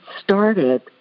started